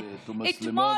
חברת הכנסת עאידה תומא סלימאן,